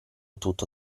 tutto